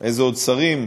איזה עוד שרים?